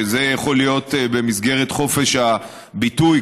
שזה יכול להיות במסגרת חופש הביטוי,